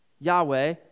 Yahweh